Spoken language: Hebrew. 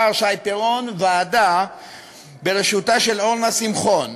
שי פירון ועדה בראשותה של אורנה שמחון,